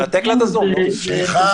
תנתק לה את הזום, נו.